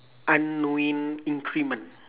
unknowing increment